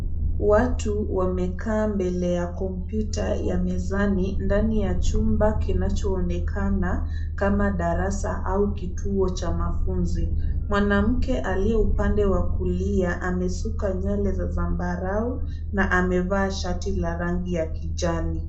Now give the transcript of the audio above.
Watu wamekaa mbele ya kompyuta ya mezani, ndani ya chumba kinacho onekana kama darasa au kituo cha mafunzi. Mwanamke aliye upande wa kulia, amesuka nywele za zambarau, na amevaa shati la rangi ya kijani.